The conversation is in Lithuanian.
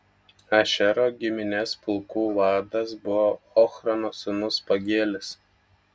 ašero giminės pulkų vadas buvo ochrano sūnus pagielis